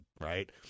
right